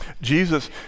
Jesus